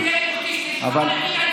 ירו בילד אוטיסט, יש לך מה להגיד על זה?